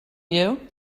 you